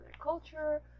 culture